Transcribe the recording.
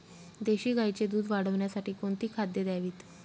देशी गाईचे दूध वाढवण्यासाठी कोणती खाद्ये द्यावीत?